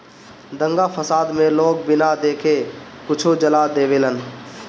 दंगा फसाद मे लोग बिना देखे कुछो जला देवेलन